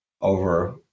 over